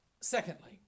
secondly